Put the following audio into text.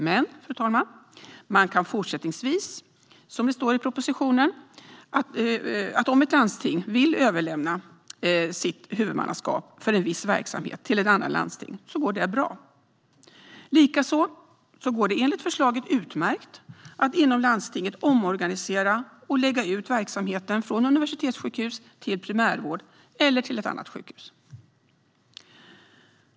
Men, fru talman, man kan vidare läsa i propositionen att om ett landsting vill överlämna sitt huvudmannaskap för en viss verksamhet till ett annat landsting går det bra. Likaså går det enligt förslaget utmärkt att inom landstinget omorganisera och lägga ut verksamheten från universitetssjukhus till primärvård eller till ett annat sjukhus.